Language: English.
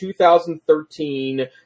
2013